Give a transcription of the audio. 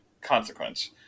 consequence